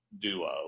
duo